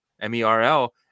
m-e-r-l